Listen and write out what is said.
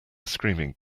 screaming